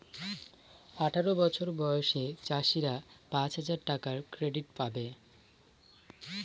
আঠারো বছর বয়সী চাষীরা পাঁচ হাজার টাকার ক্রেডিট পাবে